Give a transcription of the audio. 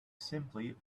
simply